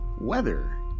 weather